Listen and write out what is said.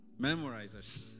memorizers